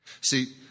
See